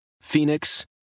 Phoenix